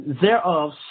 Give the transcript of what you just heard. thereof